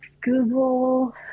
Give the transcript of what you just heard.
Google